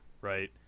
right